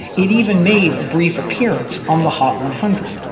it even made a brief appearance on the hot one hundred.